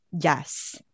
Yes